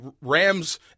Rams